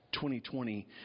2020